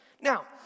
Now